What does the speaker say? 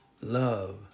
love